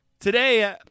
Today